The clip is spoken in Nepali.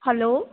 हेलो